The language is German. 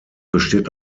besteht